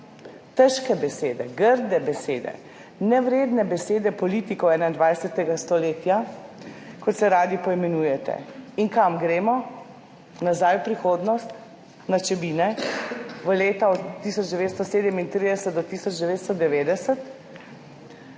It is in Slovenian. Težke besede, grde besede, nevredne besede politikov 21. stoletja, kot se radi poimenujete. In kam gremo? Nazaj v preteklost, na Čebine, od leta 1937 do 1990?